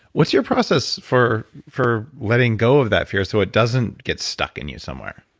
what's your process for for letting go of that fear, so it doesn't get stuck in you somewhere?